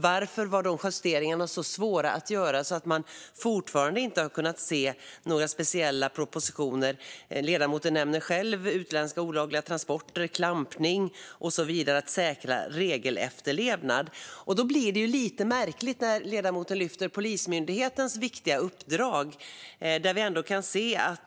Varför var de justeringarna så svåra att göra att vi fortfarande inte har sett några speciella propositioner? Ledamoten nämnde själv utländska olagliga transporter, klampning och att säkra regelefterlevnad. Då är det lite märkligt att ledamoten lyfter fram Polismyndighetens viktiga uppdrag.